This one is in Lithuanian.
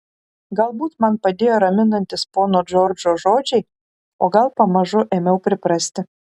galbūt man padėjo raminantys pono džordžo žodžiai o gal pamažu ėmiau priprasti